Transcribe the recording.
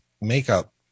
makeup